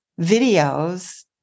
videos